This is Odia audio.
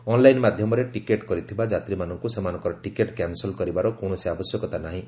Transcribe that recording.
ଅନ୍ଲାଇନ୍ ମାଧ୍ୟମରେ ଟିକେଟ୍ କରିଥିବା ଯାତ୍ରୀମାନଙ୍କୁ ସେମାନଙ୍କର ଟିକେଟ୍ କ୍ୟାନ୍ସେଲ୍ କରିବାର କୌଣସି ଆବଶ୍ୟକତା ନାହିଁ